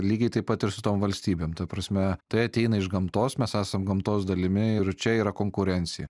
lygiai taip pat ir su tom valstybėm ta prasme tai ateina iš gamtos mes esam gamtos dalimi ir čia yra konkurencija